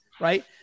right